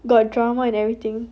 got drama and everything